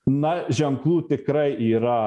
na ženklų tikrai yra